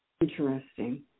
Interesting